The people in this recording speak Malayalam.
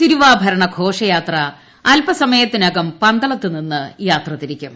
തിരുവാഭരണ ഘോഷയാത്ര അല്പസമയത്തിനകം പന്തളത്തുനിന്ന് യാത്ര തിരിക്കും